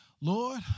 Lord